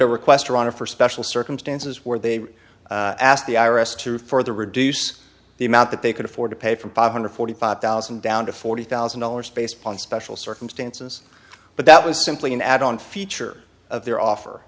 a requester honor for special circumstances where they asked the i r s to further reduce the amount that they could afford to pay from five hundred forty five thousand down to forty thousand dollars based upon special circumstances but that was simply an add on feature of their offer